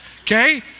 okay